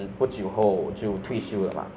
我觉得我问你 ah